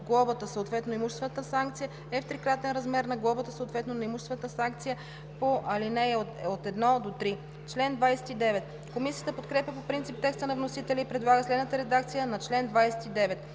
глобата, съответно имуществената санкция, е в трикратен размер на глобата, съответно на имуществената санкция по ал. 1 – 3.“ Комисията подкрепя по принцип текста на вносителя и предлага следната редакция на чл. 29: